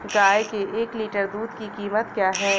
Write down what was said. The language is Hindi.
गाय के एक लीटर दूध की कीमत क्या है?